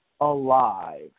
alive